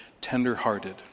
tender-hearted